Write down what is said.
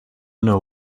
know